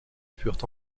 furent